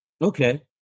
Okay